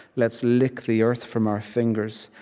let's lick the earth from our fingers.